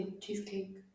cheesecake